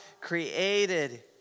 created